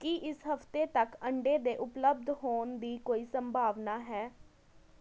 ਕੀ ਇਸ ਹਫ਼ਤੇ ਤੱਕ ਅੰਡੇ ਦੇ ਉਪਲਬਧ ਹੋਣ ਦੀ ਕੋਈ ਸੰਭਾਵਨਾ ਹੈ